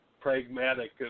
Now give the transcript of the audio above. Pragmatic